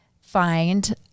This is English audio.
find